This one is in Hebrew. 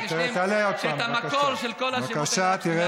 אשלים שאת המקור לכל זה קיבלתי מעמוד הפייסבוק,